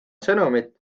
sõnumit